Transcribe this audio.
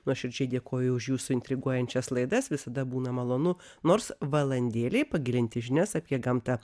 nuoširdžiai dėkoju už jūsų intriguojančias laidas visada būna malonu nors valandėlei pagilinti žinias apie gamtą